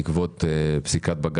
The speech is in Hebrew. בתי הסוהר בעקבות פסיקת בג"ץ.